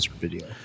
video